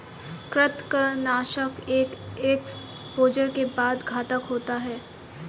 कृंतकनाशक एक एक्सपोजर के बाद घातक होते हैं